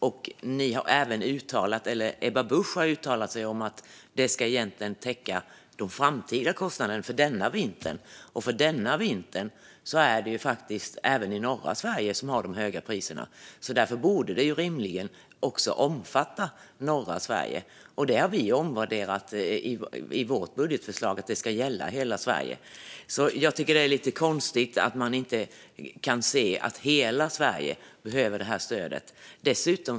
Ebba Busch har också uttalat sig om att stödet egentligen ska täcka framtida kostnader för denna vinter. Och denna vinter har även norra Sverige höga priser. Därför borde stödet rimligen omfatta också norra Sverige. Detta har vi omvärderat i vårt budgetförslag, alltså att det ska gälla hela Sverige. Jag tycker att det är lite konstigt att man inte kan se att hela Sverige behöver detta stöd.